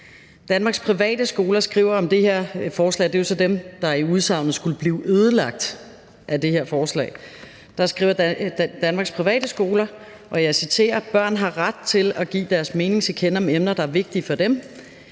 Danmarks Private Skoler skriver om det her forslag – det er jo så dem, der efter udsagnet skulle blive ødelagt af det her forslag – og jeg citerer: »Børn har ret til at give deres mening til kende om emner, der er vigtige for dem.